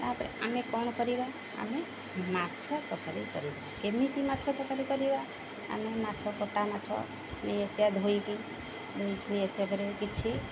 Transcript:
ତା'ପରେ ଆମେ କ'ଣ କରିବା ଆମେ ମାଛ ତରକାରୀ କରୁ ଏମିତି ମାଛ ତରକାରୀ କରିବା ଆମେ ମାଛ କଟା ମାଛ ନେଇସିଆ ଧୋଇକି ନେଇସିବାଆ କରି କିଛି